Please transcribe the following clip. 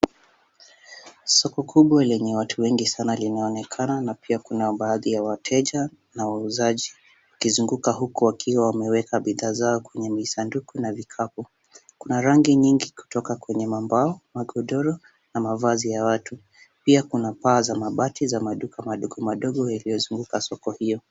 Soko kubwa lenye watu wengi sana linaonekana na pia kuna baadhi ya wateja na wauzaji wakizunguka huku wakiwa wameweka bidhaa zao kwenye misanduku na vikapu. Kuna rangi nyingi kutoka kwenye mambao, magodoro na mavazi ya watu. Pia kuna paa za mabati za maduka madogo madogo yaliyozunguka soko hiyo.